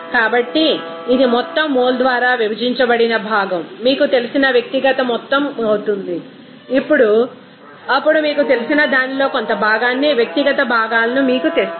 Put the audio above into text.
కాబట్టి ఇది మొత్తం మోల్ ద్వారా విభజించబడిన భాగం మీకు తెలిసిన వ్యక్తిగత మొత్తం అవుతుంది అప్పుడు మీకు తెలిసిన దానిలో కొంత భాగాన్ని వ్యక్తిగత భాగాలను మీకు తెస్తుంది